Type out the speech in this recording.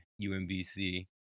UMBC